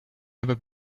never